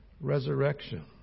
resurrection